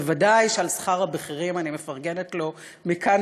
בוודאי שעל שכר הבכירים אני מפרגנת לו מכאן